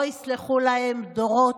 לא יסלחו להם דורות.